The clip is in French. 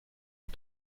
une